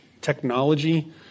technology